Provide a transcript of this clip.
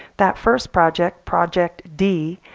that first project, project d,